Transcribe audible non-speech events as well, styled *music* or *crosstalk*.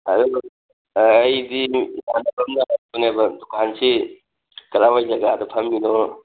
*unintelligible* ꯑꯩꯗꯤ *unintelligible* ꯗꯨꯀꯥꯟꯁꯤ ꯀꯗꯥꯏꯋꯥꯏ ꯖꯒꯥꯗ ꯐꯝꯃꯤꯅꯣ